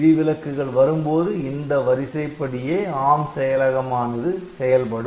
விதிவிலக்குகள் வரும்போது இந்த வரிசைப்படியே ARM செயலகம் ஆனது செயல்படும்